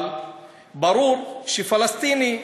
אבל ברור שפלסטיני,